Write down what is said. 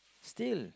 still